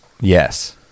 yes